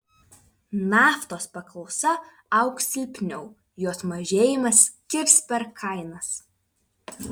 naftos paklausa augs silpniau jos mažėjimas kirs per kainas